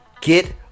get